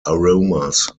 aromas